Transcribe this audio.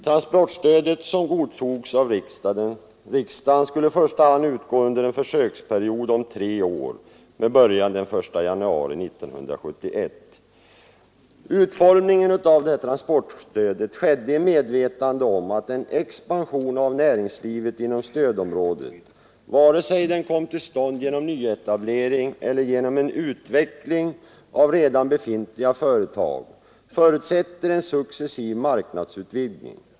Transportstödet, som godtogs av riksdagen, skulle i första hand utgå under en försöksperiod om tre år med början den 1 januari 1971. Utformningen av transportstödet skedde i medvetande om att en expansion av näringslivet inom stödområdet, vare sig den kom till stånd genom nyetablering eller genom en utveckling av redan befintliga företag, förutsätter en successiv marknadsutvidgning.